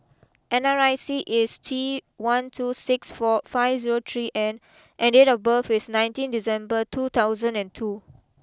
N R I C is T one two six four five zero three N and date of birth is nineteen December two thousand and two